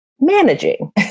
managing